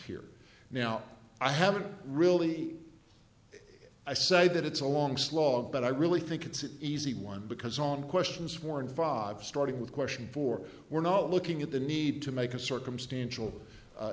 here now i haven't really i say that it's a long slog but i really think it's an easy one because on questions warrant five starting with question four we're not looking at the need to make a circumstantial